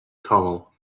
hollow